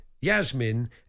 Yasmin